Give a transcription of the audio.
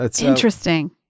Interesting